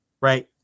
Right